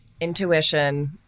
intuition